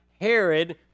Herod